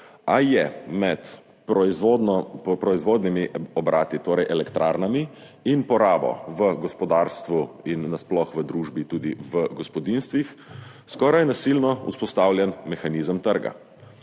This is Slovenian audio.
a je med proizvodnimi obrati, torej elektrarnami, in porabo v gospodarstvu in nasploh v družbi, tudi v gospodinjstvih, skoraj nasilno vzpostavljen mehanizem trga.